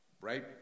right